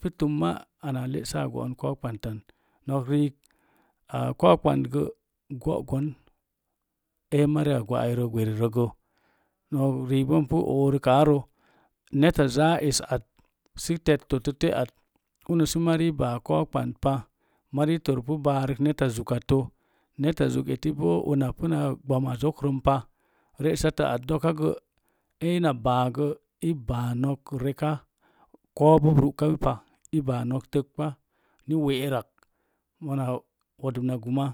Pu tumma ana le'sa go'on kou ɓautan nok riik kou ɓantgə go'gon emariya gwa'ai gwerirəgə nok riig ipu orukarə netaza esat sə tet totə te'at uno sə mari baa kou ɓant pa mari torpu barək neta zukatto, una puna ɓoma zokrəmpa re'sataat doka gə ina baa gə i baa nok neka kouwuu pa i baa nok təkɓa na we'erak wodu na guma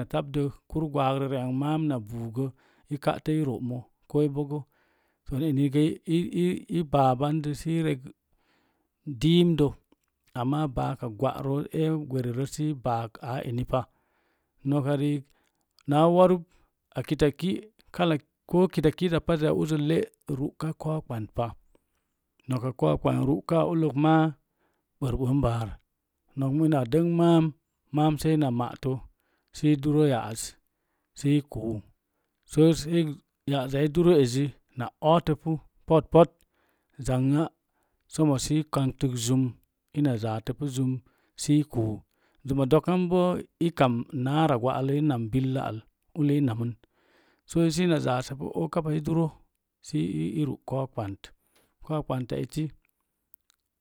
a tamdə kur gwaagrə ri ang ma'am na buu gə i ka'tə iro'omo ko i bogo i-i-i-i baa ban də diim do amma baaka gwa'roz ee gweri si baak aa eki pa na worup ko kita kiiza pazzya uzə le’ ru'ka kou ɓant pa kou ɓana ru'kaa ullək maa ɓərɓən baar ina dəng maam saina ma'atə sai durə yaaz yaazna ootə pu pot pot sommo səi kamtək zum ina zaatəpu zum səi kuu dokanbo i kam naara gwa'alloi nam billə ulə i namn ina zasapu ooka səi duro sə iru kou ɓant kita ki'a esaie le'ru'kapa